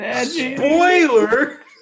Spoiler